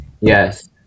Yes